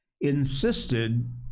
insisted